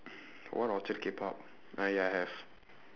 what orchard Kpop ah ya have